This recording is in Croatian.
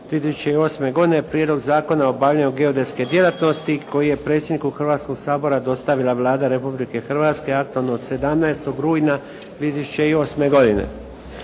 2008. godine Prijedlog zakona o obavljanju geodetske djelatnosti koji je predsjedniku Hrvatskog sabora dostavila Vlada Republike Hrvatske aktualno od 17. rujna 2008. godine.